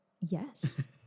Yes